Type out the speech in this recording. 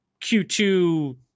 Q2